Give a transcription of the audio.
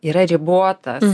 yra ribotas